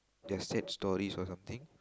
their sad stories or something